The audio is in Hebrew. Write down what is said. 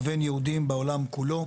לבין יהודים בעולם כולו.